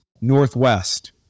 Northwest